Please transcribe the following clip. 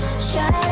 shut